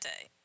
day